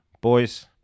Boys